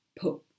put